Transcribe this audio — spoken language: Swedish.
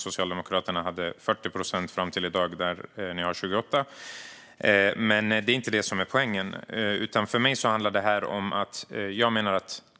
Socialdemokraterna har gått från att ha 40 procent till dagens 28 procent. Det är dock inte poängen.